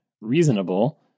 reasonable